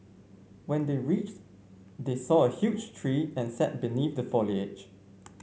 when they reached they saw a huge tree and sat beneath the foliage